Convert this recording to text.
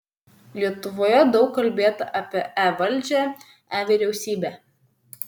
lietuvoje daug kalbėta apie e valdžią e vyriausybę